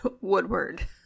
Woodward